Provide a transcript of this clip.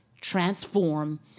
transform